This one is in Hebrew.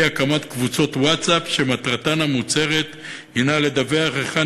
הקמת קבוצות ווטסאפ שמטרתן המוצהרת היא לדווח היכן